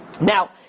Now